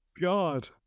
God